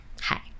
hi